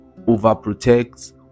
overprotect